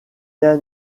l’un